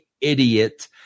idiot